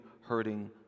hurting